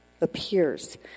appears